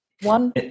One